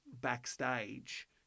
backstage